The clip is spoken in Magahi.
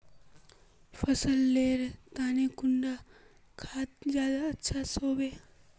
फसल लेर तने कुंडा खाद ज्यादा अच्छा सोबे?